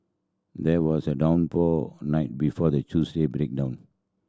there was a downpour the night before the Tuesday breakdown